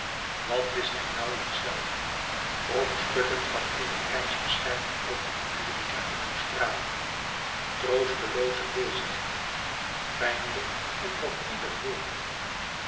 wat wist hij nauwlijks zelf brokstukken van eene reisbeschrijving over amerika en australië troostelooze bezigheid pijnlijk omdat ieder woord